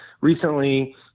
recently